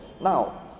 Now